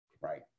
right